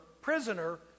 prisoner